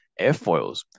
airfoils